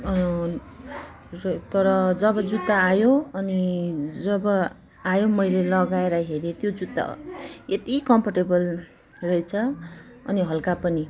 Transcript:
र तर जब जुत्ता आयो अनि जब आयो मैले लगाएर हेरेँ त्यो जुत्ता यति कम्फर्टेबल रहेछ अनि हल्का पनि